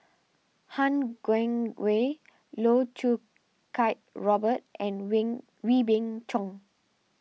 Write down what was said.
Han Guangwei Loh Choo Kiat Robert and when Wee Beng Chong